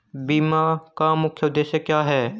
बीमा का मुख्य उद्देश्य क्या है?